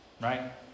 right